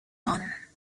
honour